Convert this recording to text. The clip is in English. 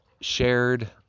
shared